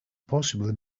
possibly